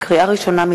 לקריאה ראשונה,